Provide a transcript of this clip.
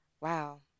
Wow